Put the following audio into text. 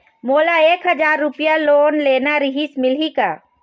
मोला एक हजार रुपया लोन लेना रीहिस, मिलही का?